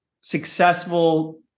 successful